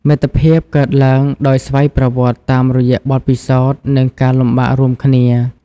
មិត្តភាពកើតឡើងដោយស្វ័យប្រវត្តិតាមរយៈបទពិសោធន៍ និងការលំបាករួមគ្នា។